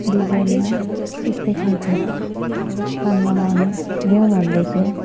डिजाइनमा त्यस्तै खाले कानमा लगाउने ल्याउँ भन्दै छु